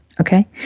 Okay